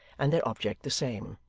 and their object the same.